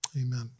Amen